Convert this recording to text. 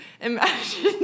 imagine